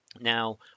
Now